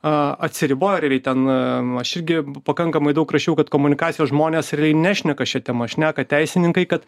a atsiriboja ir yra ten am aš irgi pakankamai daug rašiau kad komunikacijos žmonės ir a nešneka šia tema šneka teisininkai kad